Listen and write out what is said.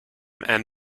and